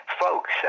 Folks